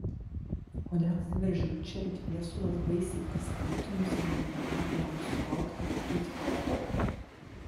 kodėl įsiveržiau čia it viesulas baisiai pasipiktinusi liepdama jam suaugti įgyti proto